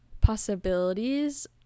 possibilities